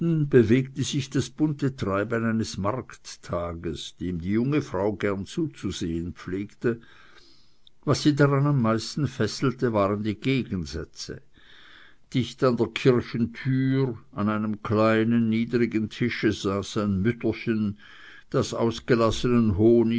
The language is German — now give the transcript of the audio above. bewegte sich das bunte treiben eines markttages dem die junge frau gern zuzusehen pflegte was sie daran am meisten fesselte waren die gegensätze dicht an der kirchentür an einem kleinen niedrigen tische saß ein mütterchen das ausgelassenen honig